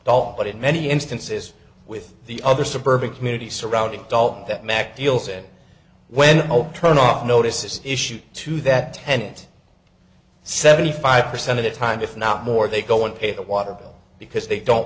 all but in many instances with the other suburban community surrounding gulp that mac deal said when turn off notices issued to that tent seventy five percent of the time if not more they go and pay the water bill because they don't